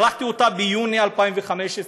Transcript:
שלחתי אותה ביוני 2015,